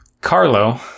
Carlo